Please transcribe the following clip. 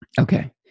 Okay